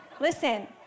listen